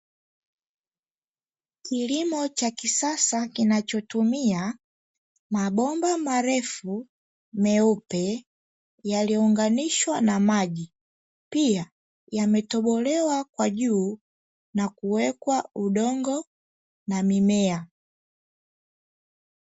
Kilimo cha kisasa kinachotumia mabomba marefu meupe yaliyounganishwa na maji, pia yametobolewa kwa juu na kuwekwa udongo na mimea.